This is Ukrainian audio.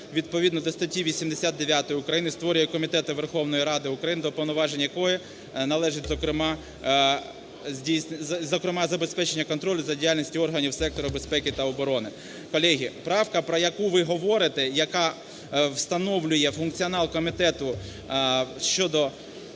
відповідно до статті 89… України створює комітети Верховної Ради України, до повноважень яких належить, зокрема, забезпечення контролю за діяльністю органів сектору безпеки та оборони". Колеги, правка, про яку ви говорите, яка встановлює функціонал комітету щодо